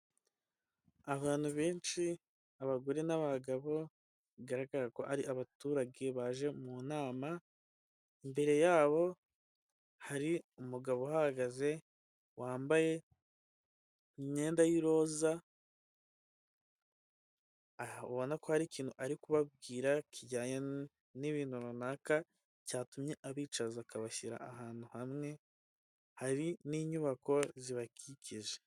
Abantu benshi abagore n'abagabo bigaragara ko ari abaturage baje munama, mbere yabo hari umugabo uhahagaze wa mbaye imyenda y'iroza ubona ko hari ikintu arimo kubabwira kijyanye n'ibintu runaka cyatumye abicaza akabashyira ahantu hamwe ,hari n'inyubako zibakikije.